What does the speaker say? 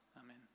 Amen